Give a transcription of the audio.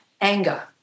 anger